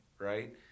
right